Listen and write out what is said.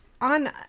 on